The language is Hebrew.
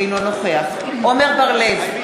אינו נוכח עמר בר-לב,